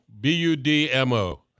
B-U-D-M-O